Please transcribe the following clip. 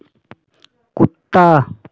कुत्ता